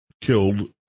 killed